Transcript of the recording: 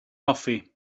hoffi